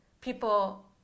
people